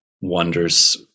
wonders